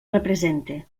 represente